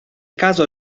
caso